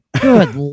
Good